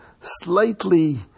slightly